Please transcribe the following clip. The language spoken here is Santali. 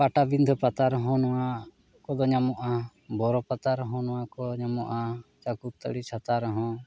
ᱯᱟᱴᱟᱵᱤᱸᱰᱟᱹ ᱯᱟᱛᱟ ᱨᱮᱦᱚᱸ ᱱᱚᱣᱟ ᱠᱚᱫᱚ ᱧᱟᱢᱚᱜᱼᱟ ᱵᱳᱨᱳ ᱯᱟᱛᱟ ᱨᱮᱦᱚᱸ ᱱᱚᱣᱟ ᱠᱚ ᱧᱟᱢᱚᱜᱼᱟ ᱪᱟᱠᱚᱞ ᱛᱟᱹᱲᱤ ᱪᱷᱟᱛᱟ ᱨᱮᱦᱚᱸ